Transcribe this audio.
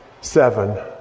seven